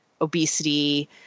obesity